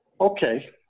Okay